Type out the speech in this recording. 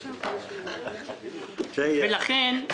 ולכן,